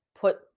put